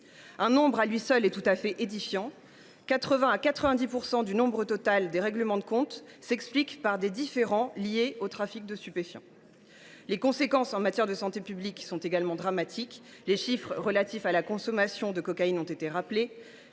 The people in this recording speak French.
Un pourcentage à lui seul est tout à fait édifiant : 80 % à 90 % du nombre total des règlements de compte s’expliquent par des différends liés au trafic de stupéfiants. Les conséquences en matière de santé publique sont également dramatiques. Les chiffres relatifs à la consommation de cocaïne ont été rappelés.